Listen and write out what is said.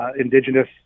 Indigenous